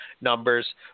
numbers